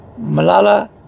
Malala